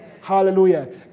hallelujah